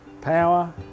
power